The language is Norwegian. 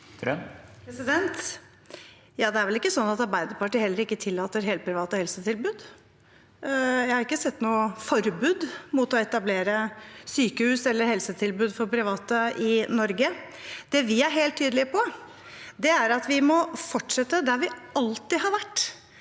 Det er vel ikke sånn at Arbeiderpartiet ikke tillater helprivate helsetilbud, heller. Jeg har ikke sett noe forbud mot å etablere sykehus eller helsetilbud for private i Norge. Det vi er helt tydelig på, er at vi må fortsette med det vi alltid har gjort